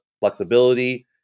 flexibility